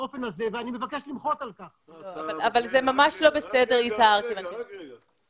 --- אני לא רק מצר על כך,